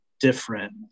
different